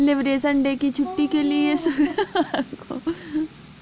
liberation Day की छुट्टी के लिए शुक्रवार को इतालवी वित्तीय बाजार बंद हैं